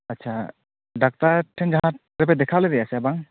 ᱟᱪᱪᱷᱟ ᱰᱟᱠᱛᱟᱨ ᱴᱷᱮᱱ ᱡᱟᱦᱟᱨᱮᱯᱮ ᱫᱮᱠᱷᱟᱣ ᱞᱮᱫᱮᱭᱟ ᱥᱮ ᱵᱟᱝ